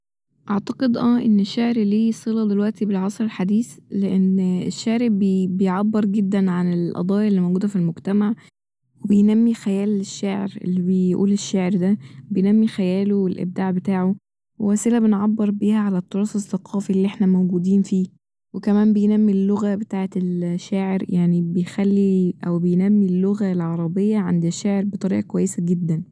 أعتقد اه إن الشعر ليه صلة دلوقتي بالعصر الحديث لإن الشعر ب- بيعبر جدا عن القضايا اللي موجودة ف المجتمع وبينمي خيال الشاعر اللي بيقول الشعر ده بينمي خياله والابداع بتاعه و وسيلة بنعبر بيها على التراث الثقافي اللي احنا موجودين فيه وكمان بينمي اللغة بتاعت ال- شاعر يعني بيخلي أو بينمي اللغة العربية عند الشاعر بطريقة كويسة جدا